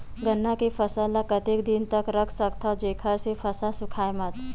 गन्ना के फसल ल कतेक दिन तक रख सकथव जेखर से फसल सूखाय मत?